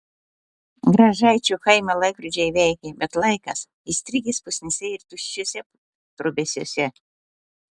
gražaičių kaime laikrodžiai veikia bet laikas įstrigęs pusnyse ir tuščiuose trobesiuose